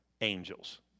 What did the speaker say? angels